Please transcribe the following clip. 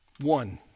One